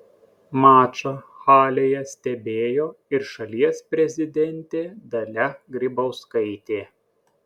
mačą halėje stebėjo ir šalies prezidentė dalia grybauskaitė